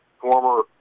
former